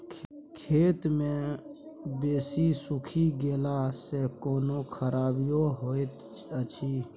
खेत मे बेसी सुइख गेला सॅ कोनो खराबीयो होयत अछि?